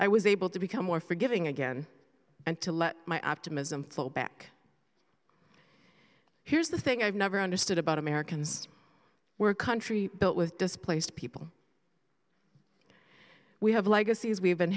i was able to become more forgiving again and to let my optimism flow back here's the thing i've never understood about americans were a country built with displaced people we have legacies we have been